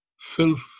filth